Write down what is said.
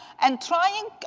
and trying,